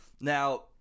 Now